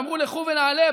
ואמרו: לכו ונעלה,